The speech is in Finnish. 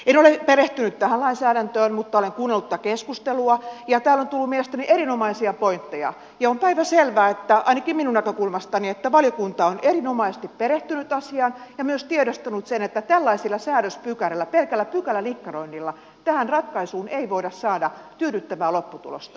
en ole perehtynyt tähän lainsäädäntöön mutta olen kuunnellut tätä keskustelua ja täällä on tullut mielestäni erinomaisia pointteja ja on päivänselvää ainakin minun näkökulmastani että valiokunta on erinomaisesti perehtynyt asiaan ja myös tiedostanut sen että tällaisilla säädöspykälillä pelkällä pykälänikkaroinnilla tähän ei voida saada tyydyttävää lopputulosta